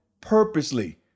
purposely